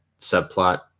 subplot